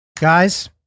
Guys